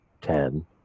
ten